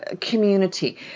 community